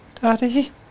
Daddy